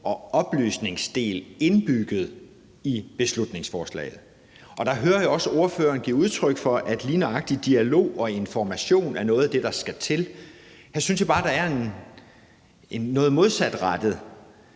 og oplysningsdel indbygget i det. Der hører jeg også ordføreren give udtryk for, at lige nøjagtig dialog og information er noget af det, der skal til. Her synes jeg bare, der er noget modsatrettet.